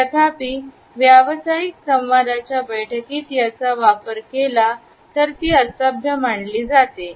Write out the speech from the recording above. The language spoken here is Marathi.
तथापि व्यावसायिक संवादाच्या बैठकीत याचा वापर केलातर ती असभ्य मानले जाते